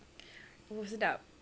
oh sedap